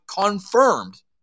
confirmed